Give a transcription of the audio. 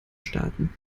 staaten